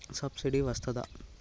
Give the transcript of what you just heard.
Subsidy వస్తదా?